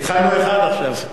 התחלנו אחד עכשיו.